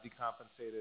decompensated